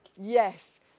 Yes